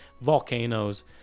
volcanoes